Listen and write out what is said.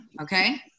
okay